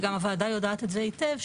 וגם הוועדה יודעת את זה היטב,